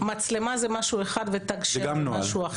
מצלמה זה משהו אחד ותג שם זה משהו אחר.